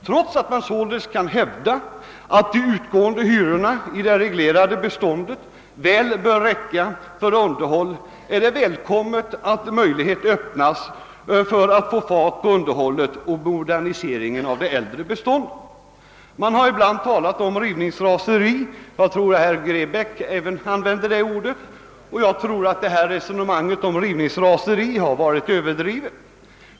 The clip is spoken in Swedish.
Trots att man alltså kan hävda att de utgående hyrorna i det reglerade beståndet väl bör räcka till för underhåll är det välkommet att möjlighet öppnas att få fart på underhållet och moderniseringen av det äldre beståndet. Det har ibland talats om rivningsraseri — jag tror att herr Grebäck i sitt inlägg använde detta ord — vilket jag tycker är överdrivet.